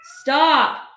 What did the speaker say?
Stop